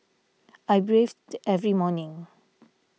I bathed every morning